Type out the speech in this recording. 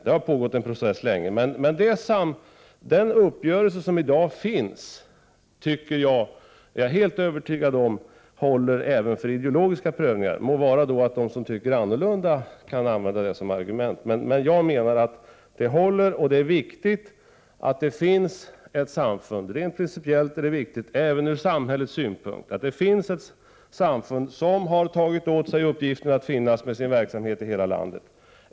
Det har pågått en process länge. Den uppgörelse som finns i dag är jag helt övertygad om håller även för ideologiska prövningar. Må vara att de som tycker annorlunda kan använda detta som argument. Rent principiellt är det viktigt att det finns ett samfund — även ur samhällets synpunkt — som har tagit åt sig uppgiften att finnas med sin verksamhet i hela landet.